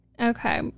Okay